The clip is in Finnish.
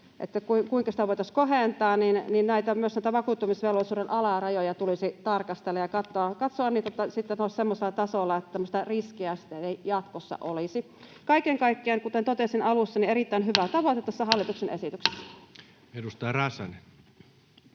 kuinka sitä voitaisiin kohentaa — myös näitä vakuuttamisvelvollisuuden alarajoja tulisi tarkastella ja sitten katsoa, että ne olisivat semmoisella tasolla, että tämmöistä riskiä ei jatkossa olisi. Kaiken kaikkiaan, kuten totesin alussa, erittäin hyvä tavoite tässä hallituksen esityksessä. Edustaja Räsänen,